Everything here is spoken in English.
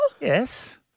Yes